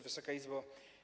Wysoka Izbo!